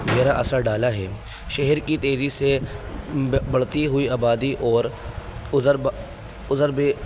گہرا اثر ڈالا ہے شہر کی تیزی سے بڑھتی ہوئی آبادی اور ضرب ضرب